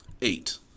Eight